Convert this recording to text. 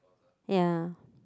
ya